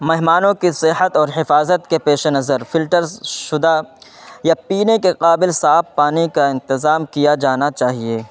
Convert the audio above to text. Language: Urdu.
مہمانوں کے صحت اور حفاظت کے پیش نظر فلٹر شدہ یا پینے کے قابل صاف پانی کا انتظام کیا جانا چاہیے